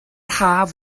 haf